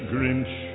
Grinch